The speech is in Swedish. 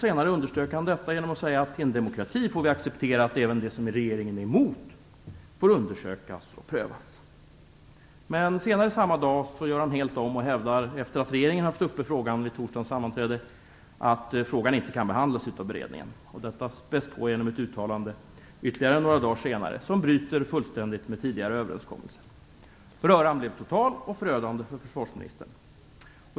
Senare underströk han detta genom att säga: "I en demokrati får vi acceptera att även det som regeringen är emot undersöks och prövas." Men senare samma dag gör han helt om och hävdar, efter det att regeringen haft frågan uppe vid torsdagens sammanträde, att frågan inte kan behandlas av beredningen. Detta späs på genom ett uttalande ytterligare några dagar senare, då han bryter fullständigt med tidigare överenskommelser. Röran blev total och förödande för försvarsministern.